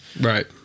Right